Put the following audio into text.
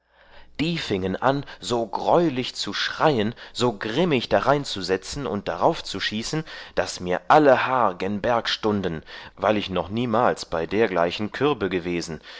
die fiengen an so greulich zu schreien so grimmig dareinzusetzen und daraufzuschießen daß mir alle haar gen berg stunden weil ich noch niemals bei dergleichen kürbe gewesen